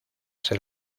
ser